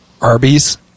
Arby's